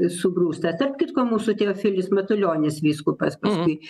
sugrūstas tarp kitko mūsų teofilis matulionis vyskupas paskui